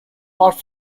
brought